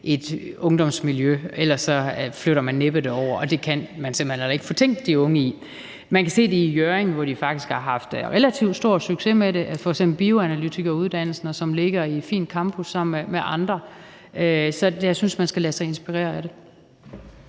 et ungdomsmiljø, ellers flytter man næppe derover, og det kan man simpelt hen heller ikke fortænke de unge i. Man kan se det i Hjørring, hvor de faktisk har haft relativt stor succes med det, altså at få sådan en bioanalytikeruddannelse, som ligger i en fin campus sammen med andre uddannelser. Så jeg synes, man skal lade sig inspirere af det.